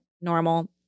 normal